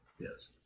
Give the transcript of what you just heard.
Yes